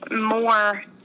more